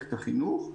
למערכת החינוך,